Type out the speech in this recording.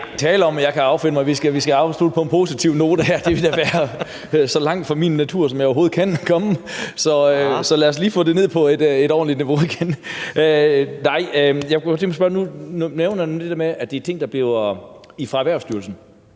Der er tale om, at vi skal afslutte på en positiv note her, men det vil da være så langt fra min natur, som det overhovedet kan komme. Så lad os lige få det ned på et ordentligt niveau igen. Nu nævner man det der med de ting fra Erhvervsstyrelsen,